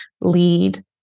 lead